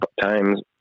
times